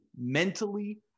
mentally